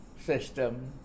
system